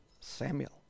Samuel